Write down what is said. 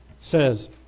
says